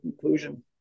conclusion